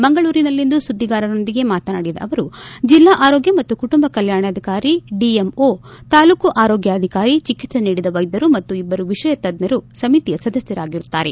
ಮಂಗಳೂರಿನಲ್ಲಿಂದು ಸುದ್ಗಿಗಾರರೊಂದಿಗೆ ಮಾತನಾಡಿದ ಅವರು ಜಿಲ್ಲಾ ಆರೋಗ್ಯ ಮತ್ತು ಕುಟುಂಬ ಕಲ್ಲಾಣಾಧಿಕಾರಿ ಡಿಎಂಒ ತಾಲೂಕು ಆರೋಗ್ನಾಧಿಕಾರಿ ಚಿಕಿತ್ತೆ ನೀಡಿದ ವೈದ್ಯರು ಮತ್ತು ಇಬ್ಬರು ವಿಷಯ ತಜ್ವರು ಸಮಿತಿಯ ಸದಸ್ಯರಾಗಿರುತ್ತಾರೆ